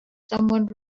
someone